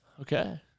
Okay